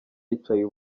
yicaye